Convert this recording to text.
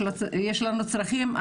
יש לנו צרכים,